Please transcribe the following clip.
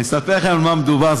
אני אספר לכם במה מדובר.